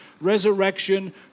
resurrection